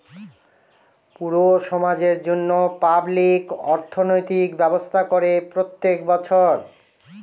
পুরো সমাজের জন্য পাবলিক অর্থনৈতিক ব্যবস্থা করে প্রত্যেক বছর